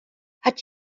hat